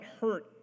hurt